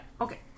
Okay